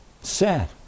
Sad